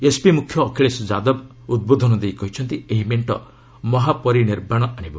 SP ମ୍ରଖ୍ୟ ଅଖିଳେଶ ଯାଦବ ଉଦ୍ବୋଧନ ଦେଇ କହିଛନ୍ତି ଏହି ମେଣ୍ଟ 'ମହାପରିନିର୍ବାଣ' ଆଣିବ